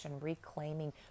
reclaiming